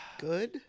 Good